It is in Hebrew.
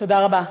תודה רבה.